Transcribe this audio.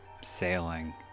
sailing